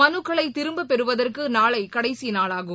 மனுக்களைதிரும்பபெறுவதற்குநாளைகடைசிநாளாகும்